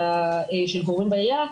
של גורמים בעירייה,